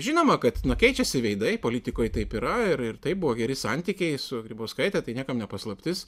žinoma kad na keičiasi veidai politikoj taip yra ir ir taip buvo geri santykiai su grybauskaite tai niekam ne paslaptis